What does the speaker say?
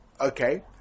okay